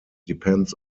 depends